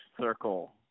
circle